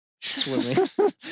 swimming